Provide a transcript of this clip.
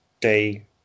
day